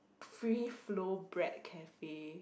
free flow bread cafe